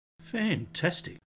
Fantastic